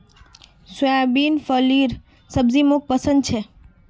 soybean फलीर सब्जी मोक पसंद छे